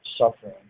suffering